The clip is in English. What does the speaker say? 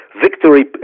victory